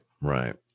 right